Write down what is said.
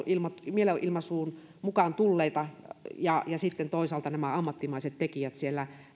mielenilmaisuun mukaan tulleita ja sitten toisaalta nämä ammattimaiset tekijät olivat siellä